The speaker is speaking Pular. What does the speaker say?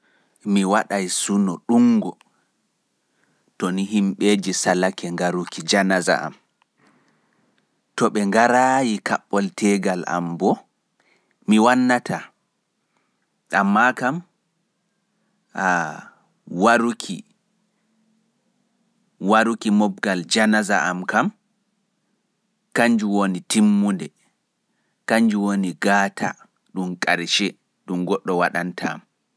Mi waɗay suno ɗuunngo to ni himɓeeji salake ngaruki janaza am. To ɓe ngaraayi kaɓɓol teegal am boo, mi wannataa, ammaa kam ah, waruki, waruki mooɓgal janaza am kam, kannjum woni timmunde, kannjum woni gaata ɗum ƙarshe ɗum goɗɗo waɗanta am.